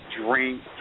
drink